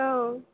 औ